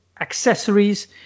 accessories